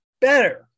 better